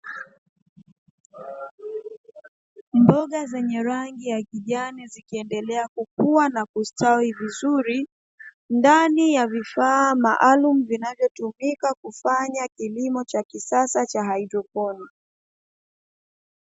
Mboga zenye rangi ya kijani zikiendelea kukua na kustawi vizuri, ndani ya vifaa maalumu vinavyo tumika kufanya kilimo cha kisasa cha haidroponi.